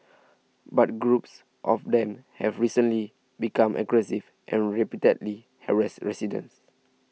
but groups of them have recently become aggressive and repeatedly harassed residents